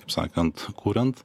kaip sakant kuriant